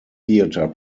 theater